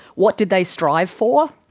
what did they strive for?